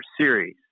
series